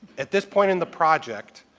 at this point in the project,